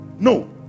No